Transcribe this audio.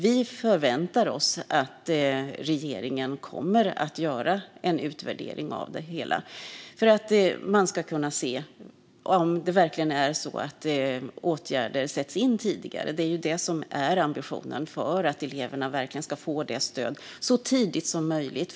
Vi förväntar oss att regeringen kommer att göra en utvärdering av detta för att se om åtgärder verkligen sätts in tidigare. Ambitionen är ju att eleverna ska få stöd så tidigt som möjligt.